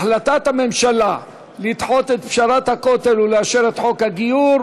החלטת הממשלה לדחות את פשרת הכותל ולאשר את חוק הגיור.